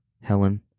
Helen